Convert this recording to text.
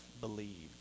believed